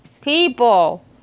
People